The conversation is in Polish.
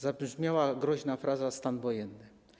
Zabrzmiała groźna fraza: stan wojenny.